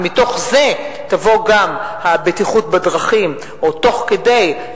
ומתוך זה תבוא גם הבטיחות בדרכים או תוך כדי,